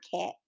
cat